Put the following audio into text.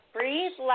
Breathe